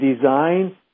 design